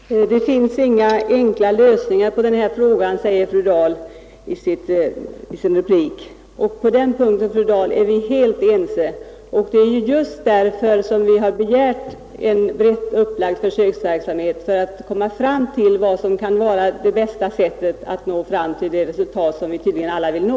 Herr talman! Det finns inga enkla lösningar när det gäller denna fråga, sade fru Dahl i sin replik, och på den punkten är fru Dahl och jag helt ense. Det är därför vi begärt en brett upplagd försöksverksamhet just för att komma fram till vad som kan vara det bästa sättet för att nå det resultat som vi tydligen alla vill nå.